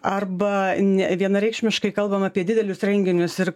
arba ne vienareikšmiškai kalbam apie didelius renginius ir